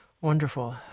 Wonderful